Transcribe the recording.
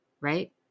right